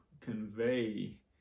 convey